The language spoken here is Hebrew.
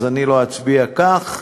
אז לא אצביע כך.